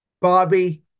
Bobby